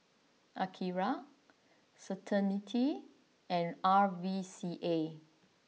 Akira Certainty and R V C A